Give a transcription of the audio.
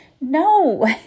No